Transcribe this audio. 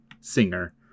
singer